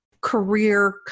career